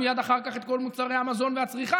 ומייד אחר כך את כל מוצרי המזון והצריכה,